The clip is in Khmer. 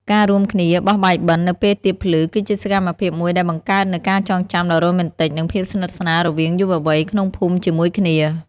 ការរួមគ្នា "បោះបាយបិណ្ឌ" នៅពេលទៀបភ្លឺ គឺជាសកម្មភាពមួយដែលបង្កើតនូវការចងចាំដ៏រ៉ូមែនទិក និងភាពស្និទ្ធស្នាលរវាងយុវវ័យក្នុងភូមិជាមួយគ្នា។